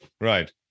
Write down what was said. right